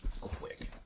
quick